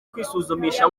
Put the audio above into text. kwisuzumisha